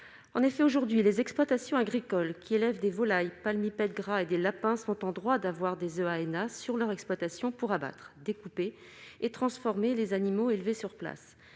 en effet aujourd'hui les exploitations agricoles qui élève des volailles palmipèdes gras et des lapins sont en droit d'avoir des ENA sur leur exploitation pour abattre découpé et transformer les animaux élevés sur place,